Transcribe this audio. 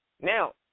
Now